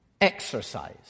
exercise